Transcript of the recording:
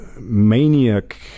maniac